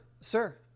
sir